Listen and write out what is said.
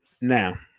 Now